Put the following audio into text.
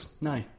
No